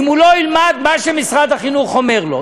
אם הוא לא ילמד מה שמשרד החינוך אומר לו.